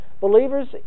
Believers